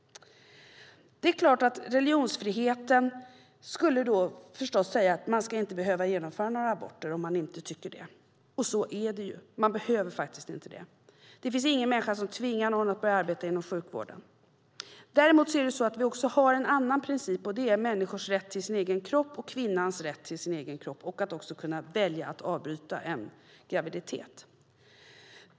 Det är klart att man med hänvisning till religionsfriheten skulle kunna säga att man inte ska behöva genomföra några aborter om man inte vill det. Och så är det ju. Man behöver faktiskt inte det. Det finns ingen människa som tvingar någon att börja arbeta inom sjukvården. Däremot har vi en annan princip, och det är människors rätt till sin egen kropp och kvinnans rätt till sin egen kropp vilket innebär att också kunna välja att avbryta en graviditet.